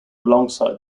alongside